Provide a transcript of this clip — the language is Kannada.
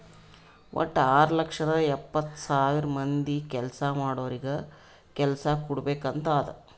ವಟ್ಟ ಆರ್ ಲಕ್ಷದ ಎಪ್ಪತ್ತ್ ಸಾವಿರ ಮಂದಿ ಕೆಲ್ಸಾ ಮಾಡೋರಿಗ ಕೆಲ್ಸಾ ಕುಡ್ಬೇಕ್ ಅಂತ್ ಅದಾ